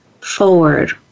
forward